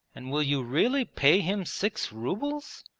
and will you really pay him six rubles?